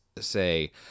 say